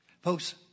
Folks